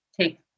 take